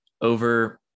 over